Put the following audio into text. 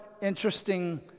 interesting